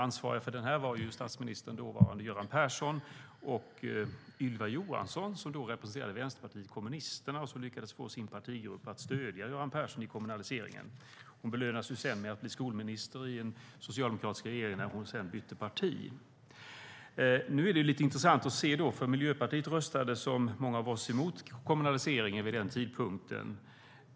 Ansvariga för den var dåvarande statsminister Göran Persson och Ylva Johansson, som då representerade Vänsterpartiet kommunisterna och som lyckades få sin partigrupp att stödja Göran Persson i fråga om kommunaliseringen. Hon belönades med att bli skolminister i en socialdemokratisk regering när hon sedan bytte parti. Miljöpartiet röstade, som många av oss, emot kommunaliseringen vid den tidpunkten.